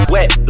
Wet